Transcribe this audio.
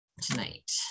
tonight